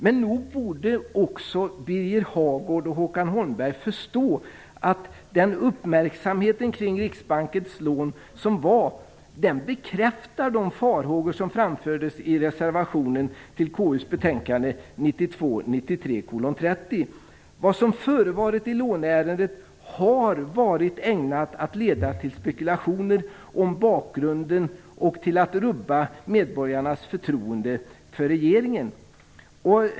Men nog borde också Birger Hagård och Håkan Holmberg förstå att uppmärksamheten kring Riksbankens lån bekräftar de farhågor som framfördes i reservationen till KU:s betänkande 1992/93:30. Vad som förevarit i låneärendet har varit ägnat att leda till spekulationer om bakgrunden och att rubba medborgarnas förtroende för regeringen.